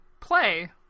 play